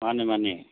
ꯃꯥꯅꯦ ꯃꯥꯅꯦ